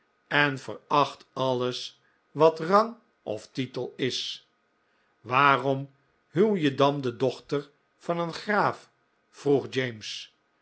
en veracht alles wat rang of titel is waarom huw je dan de dochter van een graaf vroeg james